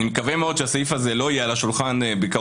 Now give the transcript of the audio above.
אני מקווה מאוד שהסעיף הזה לא יהיה על השולחן בקרוב.